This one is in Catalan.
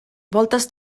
voltes